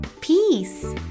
peace